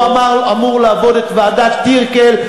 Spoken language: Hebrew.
הוא אמור לעבור את ועדת טירקל,